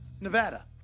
Nevada